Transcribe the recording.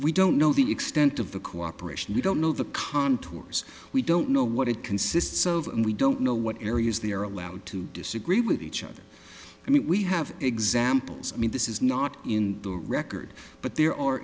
we don't know the extent of the cooperation we don't know the contours we don't know what it consists of and we don't know what areas they are allowed to disagree with each other i mean we have examples i mean this is not in the record but there are